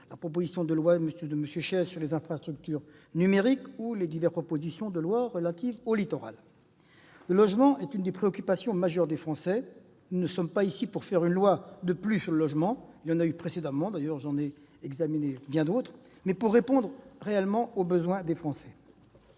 la proposition de loi de M. Chaize sur les infrastructures numériques ou encore aux diverses propositions de loi relatives au littoral. Le logement est l'une des préoccupations majeures des Français. Nous ne sommes pas ici pour faire une loi de plus sur le logement- il y en a eu précédemment, et j'en ai d'ailleurs examiné plusieurs -, mais pour répondre aux besoins des Français.